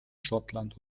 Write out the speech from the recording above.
schottland